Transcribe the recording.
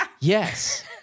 yes